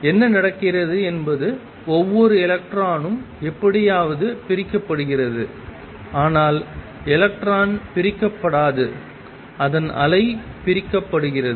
என்ன நடக்கிறது என்பது ஒவ்வொரு எலக்ட்ரானும் எப்படியாவது பிரிக்கப்படுகிறது ஆனால் எலக்ட்ரான் பிரிக்கப்படாது அதன் அலை பிரிக்கப்படுகிறது